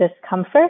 discomfort